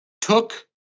took